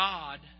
God